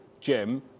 Jim